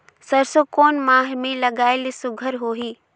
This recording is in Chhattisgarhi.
सरसो कोन माह मे लगाय ले सुघ्घर होही?